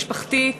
משפחתית,